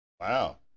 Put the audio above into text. Wow